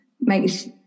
makes